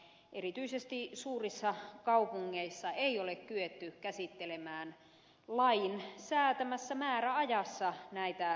erityisesti suurissa kaupungeissa ei ole kyetty käsittelemään lain säätämässä määräajassa näitä hakemuksia